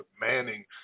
Manning